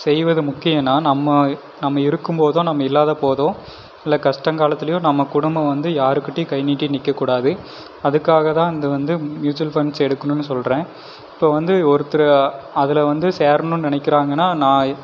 செய்வது முக்கியம்னா நம்ம நம்ம இருக்கும்போதும் நம்ம இல்லாதபோதும் இல்லை கஷ்டங்காலத்துலையும் நம்ம குடும்பம் வந்து யாருக்கிட்டையும் கை நீட்டி நிற்க கூடாது அதுக்காக தான் இது வந்து மியூச்சுவல் ஃபண்ட்ஸ் எடுக்கணுன்னு சொல்லுறேன் இப்போ வந்து ஒருத்தர் அதில் வந்து சேரணுன்னு நினைக்கிறாங்கன்னா நான்